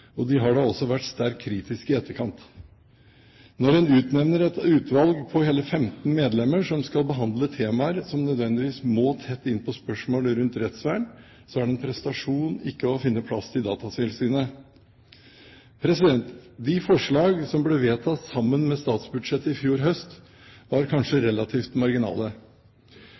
og de har da også vært sterkt kritisk i etterkant. Når en utnevner et utvalg på hele 15 medlemmer som skal behandle temaer som nødvendigvis må tett inn på spørsmål rundt rettsvern, er det en prestasjon ikke å finne plass til Datatilsynet. De forslag som ble vedtatt sammen med statsbudsjettet i fjor høst, var kanskje relativt marginale.